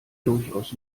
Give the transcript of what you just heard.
durchaus